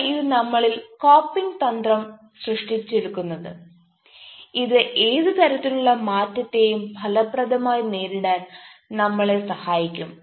അങ്ങനെയാണ് ഇത് നമ്മളിൽ കോപ്പിംഗ് തന്ത്രം സൃഷ്ടിച്ചെടുക്കുന്നത് ഇത് ഏത് തരത്തിലുള്ള മാറ്റത്തെയും ഫലപ്രദമായി നേരിടാൻ നമ്മളെ സഹായിക്കും